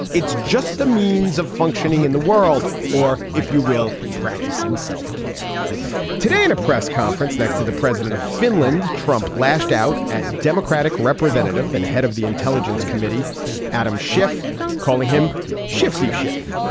it's just a means of functioning in the world. or if you will practicing self care today in a press conference next to the president of finland trump lashed out at democratic representative and head of the intelligence committee adam schiff calling him shifty schiff.